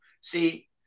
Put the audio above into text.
See